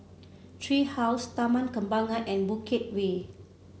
Tree House Taman Kembangan and Bukit Way